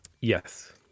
yes